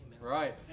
Right